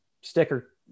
sticker